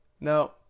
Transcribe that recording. now